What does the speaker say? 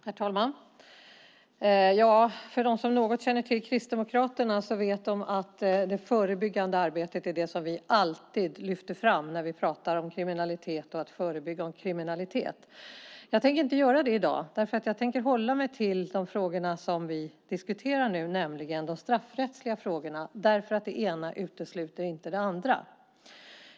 Herr talman! De som något känner till Kristdemokraterna vet att det förebyggande arbetet är något som vi alltid lyfter fram när vi pratar om kriminalitet. Jag tänker inte göra det i dag. Jag ska hålla mig till de frågor som vi diskuterar nu, nämligen de straffrättsliga frågorna, eftersom det ena inte utesluter det andra.